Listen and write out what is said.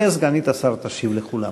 סגנית השר תשיב לכולם.